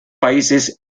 países